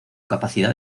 capacidad